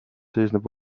seisneb